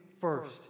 first